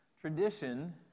Tradition